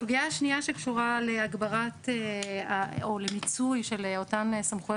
הסוגיה השנייה שקשורה להגברה או למיצוי של אותן סמכויות